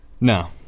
No